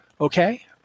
Okay